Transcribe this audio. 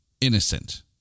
innocent